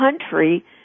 country